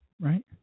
right